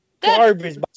Garbage